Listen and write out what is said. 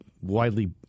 widely